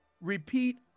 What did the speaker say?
Repeat